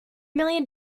million